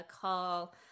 call